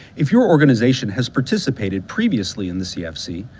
if your organization has participated previously in the cfc,